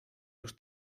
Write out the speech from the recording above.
los